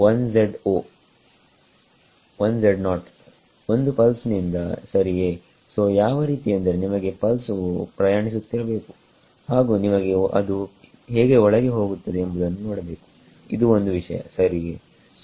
1z o ಒಂದು pulse ನಿಂದ ಸರಿಯೇ ಸೋಯಾವ ರೀತಿ ಎಂದರೆ ನಿಮಗೆ ಪಲ್ಸ್ ವು ಪ್ರಯಾಣಿಸುತ್ತಿರಬೇಕು ಹಾಗು ನಿಮಗೆ ಅದು ಹೇಗೆ ಒಳಗೆ ಹೋಗುತ್ತದೆ ಎಂಬುದನ್ನು ನೋಡಬೇಕು ಇದು ಒಂದು ವಿಷಯ ಸರಿಯೇ